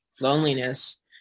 loneliness